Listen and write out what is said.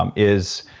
um is.